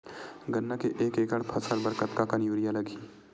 गन्ना के एक एकड़ फसल बर कतका कन यूरिया लगही?